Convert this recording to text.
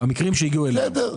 בסדר.